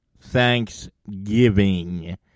Thanksgiving